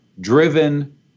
driven